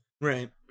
Right